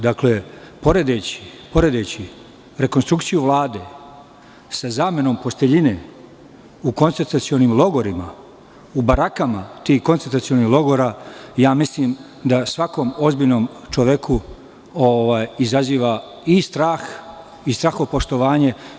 Dakle, poredeći rekonstrukciju Vlade sa zamenom posteljine u koncentracionim logorima, u barakama tih koncentracionih logora, mislim da svakom ozbiljnom čoveku izaziva i strah i strahopoštovanje.